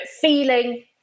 feeling